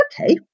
okay